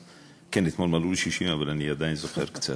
אתמול מלאו לי 60, אבל אני עדיין זוכר קצת.